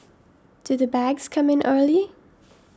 do the bags come in early